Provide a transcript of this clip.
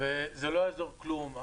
וזה לא יעזור כלום.